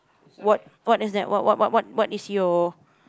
what what is that what what what what what is your